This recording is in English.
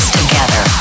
together